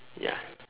ya